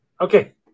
Okay